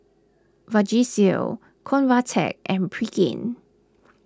Vagisil Convatec and Pregain